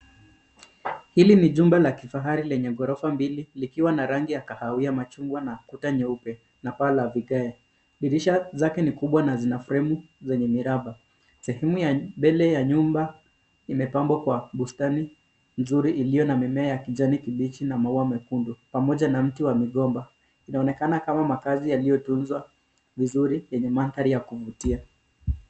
Hili ni jumba la kifahari lenye ghorofa mbili likiwa na rangi, ya kahawia, machungwa na kuta nyeupe na paa la vigae. Dirisha zake ni kubwa na zina fremu zenye miraba. Sehemu ya mbele ya nyumba imepangwa kwa bustani nzuri iliyo na mimea ya kijani kibichi na maua mekundu pamoja na mti wa mgomba. Inaonekana kama makaazi yaliyotunzwa vizuri yenye mandhari ya kuvutia.